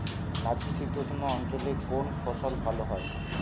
নাতিশীতোষ্ণ অঞ্চলে কোন ফসল ভালো হয়?